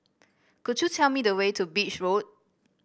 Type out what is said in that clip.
could you tell me the way to Beach Road